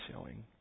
showing